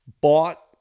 bought